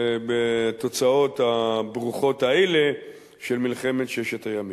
בתוצאות הברוכות האלה של מלחמת ששת הימים.